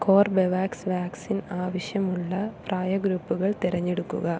Corbevax vaccine ആവശ്യമുള്ള പ്രായഗ്രൂപ്പുകൾ തെരഞ്ഞെടുക്കുക